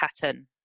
pattern